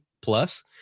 plus